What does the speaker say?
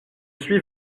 suis